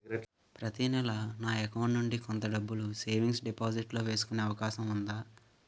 ప్రతి నెల నా అకౌంట్ నుండి కొంత డబ్బులు సేవింగ్స్ డెపోసిట్ లో వేసుకునే అవకాశం ఉందా?